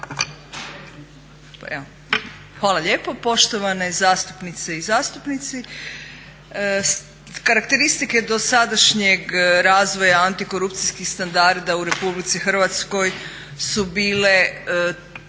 Hvala lijepo poštovane zastupnice i zastupnici. Karakteristike dosadašnjeg razvoja antikorupcijskih standarda u RH su bile